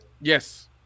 Yes